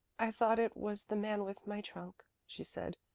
i thought it was the man with my trunk, she said.